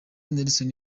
nelson